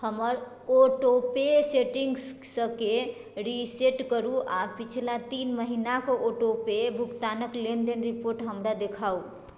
हमर auto pay सेटिंग्सके reset करू आ पिछला तीन महिनाक ऑटो पे भुगतानक लेनदेन रिपॉर्ट हमरा देखाउ